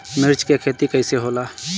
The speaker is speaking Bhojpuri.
मिर्च के खेती कईसे होला?